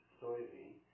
soybean